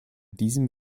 diesem